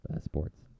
sports